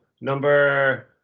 number